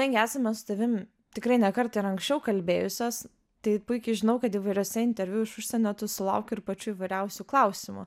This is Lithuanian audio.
taigi esame su tavim tikrai ne kartą ir anksčiau kalbėjusios taip puikiai žinau kad įvairiuose interviu iš užsienio tu sulauki ir pačių įvairiausių klausimų